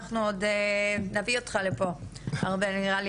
אנחנו עוד נביא אותך לפה הרבה נראה,